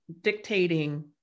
dictating